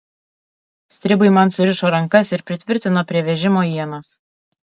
stribai man surišo rankas ir pritvirtino prie vežimo ienos